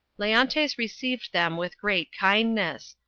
leontes received them with great kindness.